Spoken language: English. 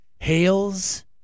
hails